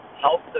help